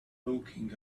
looking